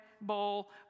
bowl